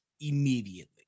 Immediately